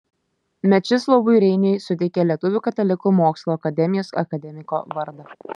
mečislovui reiniui suteikė lietuvių katalikų mokslo akademijos akademiko vardą